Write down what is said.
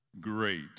great